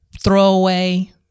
throwaway